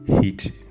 heat